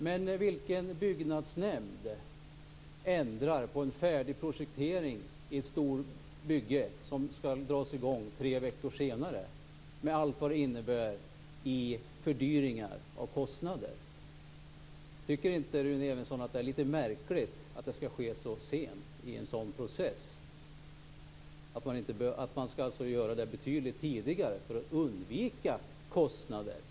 Men vilken byggnadsnämnd ändrar på en färdig projektering i ett stort bygge som skall dras i gång tre veckor senare med allt vad det innebär i fördyringar? Tycker inte Rune Evensson att det är litet märkligt att det skall ske så sent i en sådan process? Det måste ske betydligt tidigare för att man skall undvika kostnader.